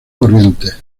corrientes